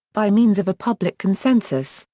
by means of a public consensus,